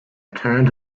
turned